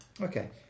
Okay